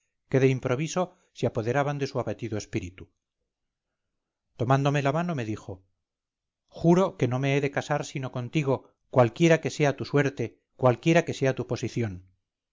que de improviso se apoderaban de su abatido espíritu tomándome la mano me dijo juro que no me he de casar sino contigo cualquiera que sea tu suerte cualquiera que sea tu posición